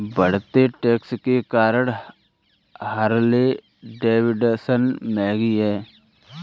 बढ़ते टैक्स के कारण हार्ले डेविडसन महंगी हैं